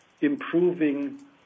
improving